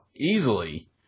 easily